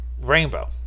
Rainbow